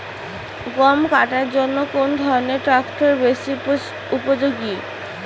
গম কাটার জন্য কোন ধরণের ট্রাক্টর বেশি উপযোগী?